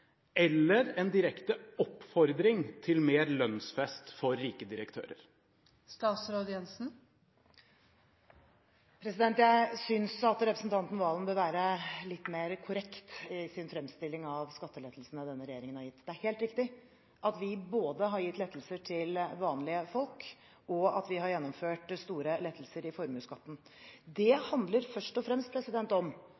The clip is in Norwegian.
eller en direkte oppfordring til mer lønnsfest for rike direktører? Jeg synes at representanten Serigstad Valen bør være litt mer korrekt i sin fremstilling av skattelettelsene denne regjeringen har gitt. Det er helt riktig at vi både har gitt lettelser til vanlige folk og har gjennomført store lettelser i formuesskatten.